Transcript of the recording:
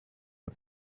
our